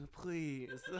please